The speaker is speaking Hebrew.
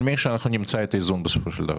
נדמה לי שנמצא את האיזון, בסופו של דבר.